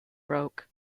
broke